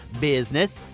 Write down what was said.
business